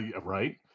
right